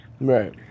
Right